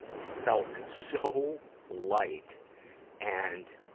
felt so light and,